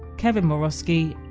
kevin morosky,